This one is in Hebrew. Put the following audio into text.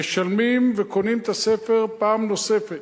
משלמים וקונים את הספר פעם נוספת.